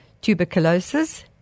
tuberculosis